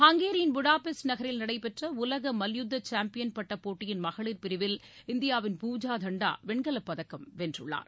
ஹங்கேரியின் Budapest நகரில் நடைபெற்ற உலக மல்யுத்த சாம்பியன் பட்ட போட்டியின் மகளிர் பிரிவில் இந்தியாவின் பூஜா தண்டா வெண்கலப் பதக்கம் வென்றுள்ளார்